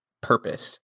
purpose